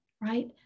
Right